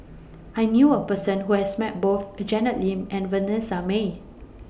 I knew A Person Who has Met Both The Janet Lim and Vanessa Mae